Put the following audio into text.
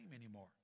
anymore